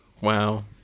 wow